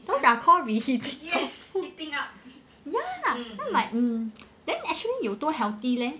those are called reheating up ya then actually 有多 healthy leh